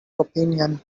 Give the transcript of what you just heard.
opinion